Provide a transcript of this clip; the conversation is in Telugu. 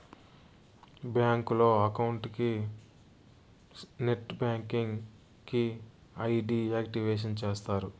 బ్యాంకులో అకౌంట్ కి నెట్ బ్యాంకింగ్ కి ఐ.డి యాక్టివేషన్ చేస్తారు